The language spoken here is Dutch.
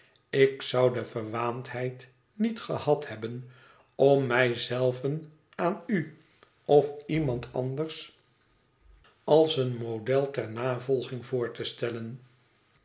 ik zou de verwaandheid niet gehad hebben om mij zelven aan u of iemand anders als een model ter navolging voor te stellen